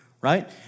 right